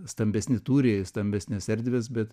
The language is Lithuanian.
stambesni tūriai stambesnės erdvės bet